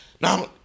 Now